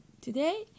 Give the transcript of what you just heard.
today